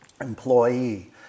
employee